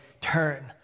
turn